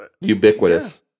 ubiquitous